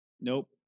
Nope